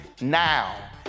now